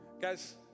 Guys